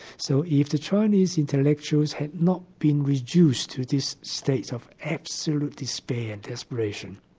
so if the chinese intellectuals had not been reduced to this state of absolute despair and desperation,